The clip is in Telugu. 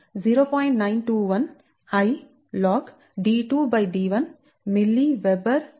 921 I logd2d1 mWb Tkm